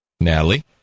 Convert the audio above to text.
Natalie